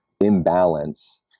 imbalance